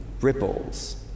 ripples